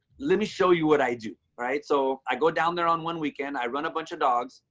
let me show you what i do, right? so i go down there on one weekend, i run a bunch of dogs.